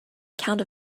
account